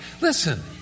Listen